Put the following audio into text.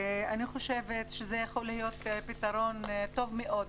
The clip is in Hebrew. אני חושבת שזה יכול להיות פתרון טוב מאוד,